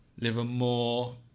Livermore